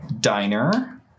diner